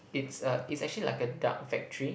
it's a it's actually like a duck factory